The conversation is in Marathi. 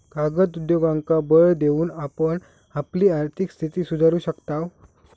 कागद उद्योगांका बळ देऊन आपण आपली आर्थिक स्थिती सुधारू शकताव